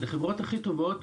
לחברות הכי טובות,